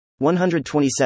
127